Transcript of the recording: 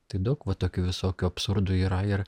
tai daug va tokių visokių absurdų yra ir